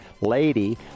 lady